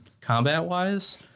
combat-wise